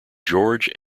george